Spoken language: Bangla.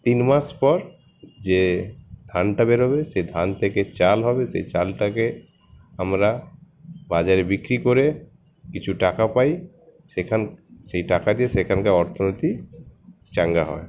তিন মাস পর যে ধানটা বেরোবে সে ধান থেকে চাল হবে সেই চালটাকে আমরা বাজারে বিক্রি করে কিছু টাকা পাই সেখান থেকে সেই টাকা দিয়ে সেইখানকার অর্থনীতি চাঙ্গা হয়